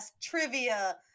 trivia